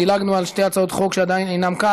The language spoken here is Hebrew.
דילגנו על שתי הצעות חוק שעדיין אינן כאן,